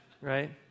right